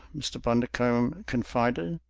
mr. bundercombe confided,